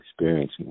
experiencing